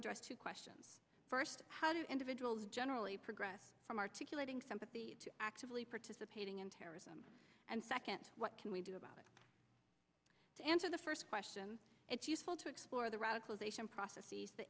address two questions first how do individuals generally progress from articulating sympathy to actively participating in terrorism and second what can we do about it to answer the first question it's useful to explore the radicalization process